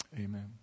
Amen